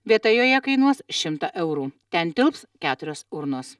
vieta joje kainuos šimtą eurų ten tilps keturios urnos